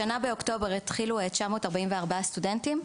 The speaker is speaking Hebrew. השנה באוקטובר התחילו 944 סטודנטים,